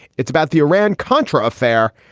it's about the iran contra affair.